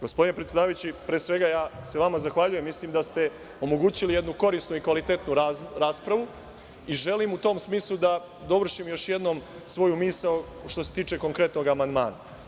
Gospodine predsedavajući, pre svega ja se vama zahvaljujem, mislim da ste omogućili jednu korisnu i kvalitetnu raspravu i želim u tom smislu da dovršim još jednom svoju misao što se tiče konkretnog amandmana.